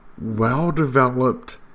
well-developed